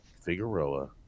Figueroa